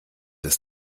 des